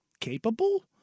capable